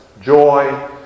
joy